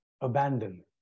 abandon